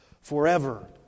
forever